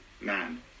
man